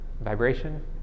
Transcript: vibration